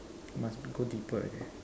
must go deeper